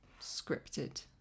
scripted